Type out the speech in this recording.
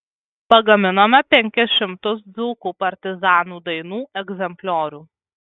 pagaminome penkis šimtus dzūkų partizanų dainų egzempliorių